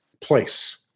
place